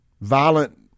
violent